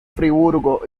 friburgo